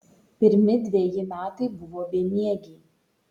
pirmi dveji metai buvo bemiegiai